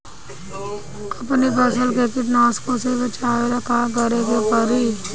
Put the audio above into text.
अपने फसल के कीटनाशको से बचावेला का करे परी?